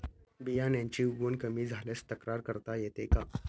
बियाण्यांची उगवण कमी झाल्यास तक्रार करता येते का?